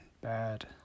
bad